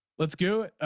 let's go